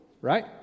right